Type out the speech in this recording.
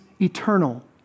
eternal